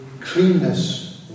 cleanness